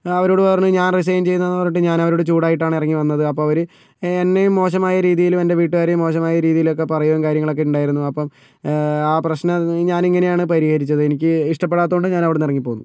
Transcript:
ഞാൻ അവരോട് പറഞ്ഞു ഞാൻ റിസൈന് ചെയ്യുന്നു പറഞ്ഞിട്ട് ഞാൻ അവരോട് ചൂടായിട്ടാണ് ഇറങ്ങിവന്നത് അപ്പോൾ അവർ എന്നെയും മോശമായ രീതിയിലും എൻ്റെ വീട്ടുകാരെയും മോശമായ രീതിയിലൊക്കെ പറയുകയും കാര്യങ്ങളൊക്കെ ഉണ്ടായിരുന്നു അപ്പം ആ പ്രശ്നം ഞാൻ ഇങ്ങനെയാണ് പരിഹരിച്ചത് എനിക്ക് ഇഷ്ടപ്പെടാത്തതു കൊണ്ട് ഞാൻ അവിടെ നിന്ന് ഇറങ്ങിപ്പോന്നു